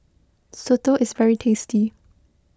Soto is very tasty